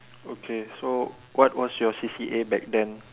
okay so what was your C_C_A back then